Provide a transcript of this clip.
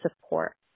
support